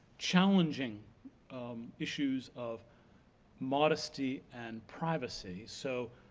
challenging issues of modesty and privacy. so,